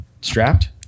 Strapped